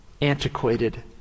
antiquated